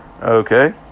Okay